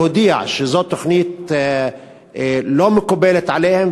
להודיע שזו תוכנית שאינה מקובלת עליהם